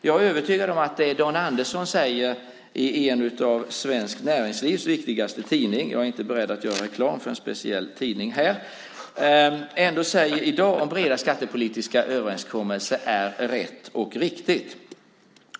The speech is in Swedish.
Jag är övertygad om att det som Dan Andersson i dag säger i en av svenskt näringslivs viktigaste tidningar - jag är inte beredd att göra reklam för en speciell tidning här - om breda skattepolitiska överenskommelser är rätt och riktigt.